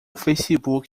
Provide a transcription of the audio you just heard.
facebook